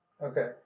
Okay